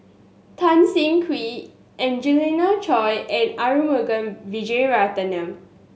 Tan Siah Kwee Angelina Choy and Arumugam Vijiaratnam